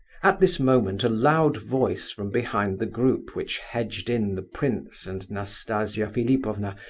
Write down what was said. at this moment a loud voice from behind the group which hedged in the prince and nastasia philipovna,